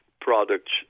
products